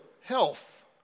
health